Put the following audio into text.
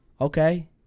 okay